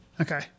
Okay